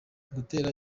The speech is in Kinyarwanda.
gutera